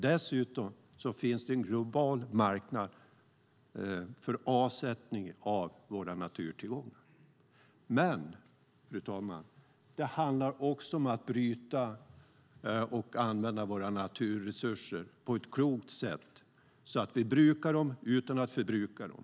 Dessutom finns det en global marknad för avsättning av våra naturtillgångar. Men, fru talman, det handlar också om att bryta och använda våra naturresurser på ett klokt sätt så att vi brukar dem utan att förbruka dem.